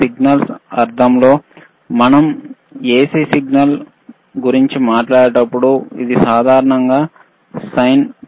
signals అర్థంలో మనం AC signal గురించి మాట్లాడేటప్పుడు ఇది సాధారణంగా సైన్ తరంగo